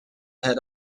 had